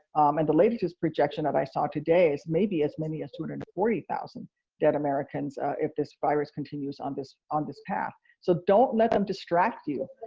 and the latest projection that i saw today is maybe as many as two hundred and forty thousand dead americans if this virus continues on this on this path. so don't let them distract you.